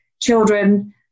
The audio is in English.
children